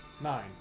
nine